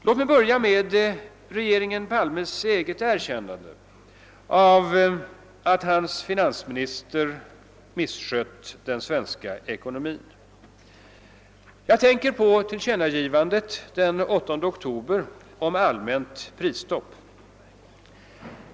Låt mig börja med regeringen Palmes eget erkännande av att finansministern har misskött den svenska ekonomin. Jag tänker på tillkännagivandet den 8 oktober om allmänt prisstopp.